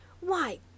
Why